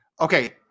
okay